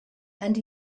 and